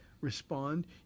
respond